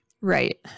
Right